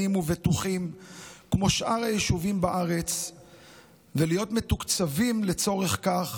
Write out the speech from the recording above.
ובטוחים כמו שאר היישובים בארץ ולהיות מתוקצבים לצורך כך